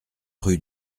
rue